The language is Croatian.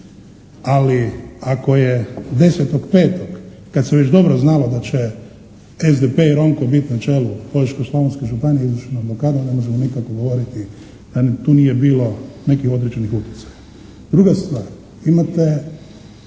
ali ako je 10.5. kad se već dobro znalo da će SDP i Ronko biti na čelu Požeško-slavonske županije …/Govornik se ne razumije./… ne možemo nikako govoriti da tu nije bilo nekih određenih utjecaja. Druga stvar, imate